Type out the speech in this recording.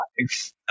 life